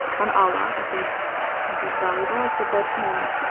on allah. i think, i think that's valuable. i said, but, um,